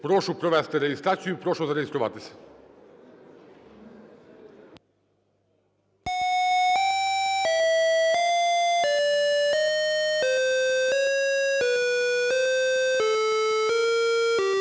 Прошу провести реєстрацію. Прошу зареєструватись.